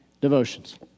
devotions